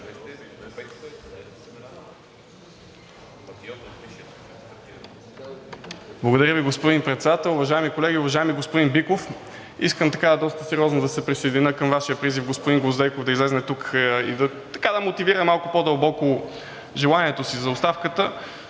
Благодаря Ви, господин Председател. Уважаеми колеги, уважаеми господин Биков! Искам доста сериозно да се присъединя към Вашия призив господин Гвоздейков да излезе тук и да мотивира малко по-дълбоко желанието си за оставката.